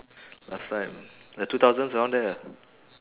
last time like two thousands around there ah